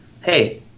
hey